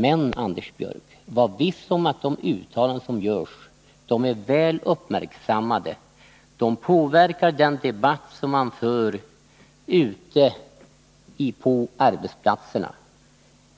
Men, Anders Björck, var viss om att de uttalanden som görs är väl uppmärksammade! De påverkar den debatt som man för ute på arbetsplatserna.